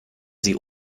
sie